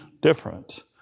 different